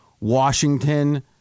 Washington